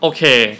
Okay